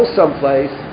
someplace